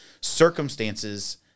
circumstances